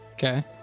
Okay